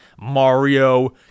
Mario